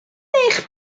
eich